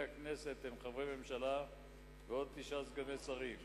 הכנסת הם חברי ממשלה ועוד תשעה סגני שרים.